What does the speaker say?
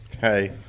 Hey